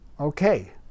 Okay